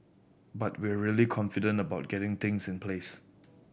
but we're really confident about getting things in place